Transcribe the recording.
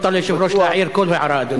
מותר ליושב-ראש להעיר כל הערה,